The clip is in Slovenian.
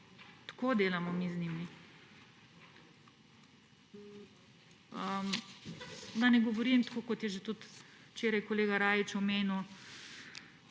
Tako delamo mi z njimi. Da ne govorim, kot je že tudi včeraj kolega Rajić omenil,